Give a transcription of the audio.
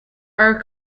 are